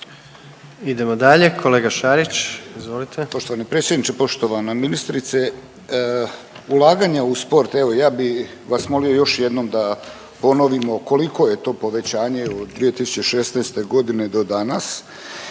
Idemo dalje kolega Šarić izvolite.